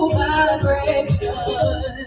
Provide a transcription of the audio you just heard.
vibration